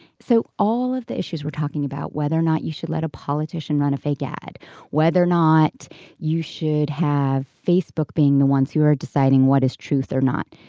so all of the issues we're talking about whether or not you should let a politician run a fake ad whether or not you should have facebook being the ones who are deciding what is truth or not.